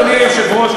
אדוני היושב-ראש,